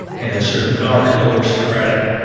in a sort of monarchical, aristocratic,